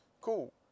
Cool